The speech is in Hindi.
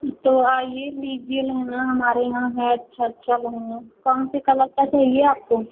तो आइए लीजिए लहंगा हमारे यहाँ है अच्छा अच्छा लहंगा कौन से कलर का चाहिए आपको